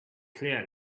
clear